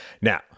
Now